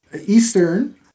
Eastern